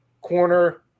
corner